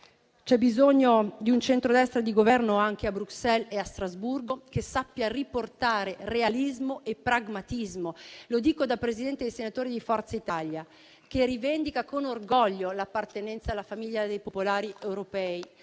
C'è bisogno di un centrodestra di governo anche a Bruxelles e a Strasburgo, che sappia riportare realismo e pragmatismo: lo dico da Presidente dei senatori di Forza Italia, che rivendica con orgoglio l'appartenenza alla famiglia dei popolari europei,